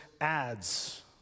ads